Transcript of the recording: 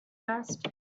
asked